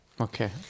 Okay